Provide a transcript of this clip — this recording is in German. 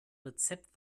rezept